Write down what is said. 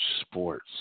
sports